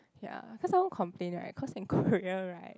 ya cause I want complain right cause in Korea right